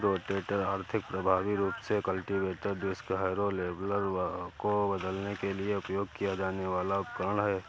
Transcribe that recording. rotator आर्थिक, प्रभावी रूप से कल्टीवेटर, डिस्क हैरो, लेवलर को बदलने के लिए उपयोग किया जाने वाला उपकरण है